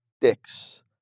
dicks